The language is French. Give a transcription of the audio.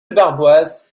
barboise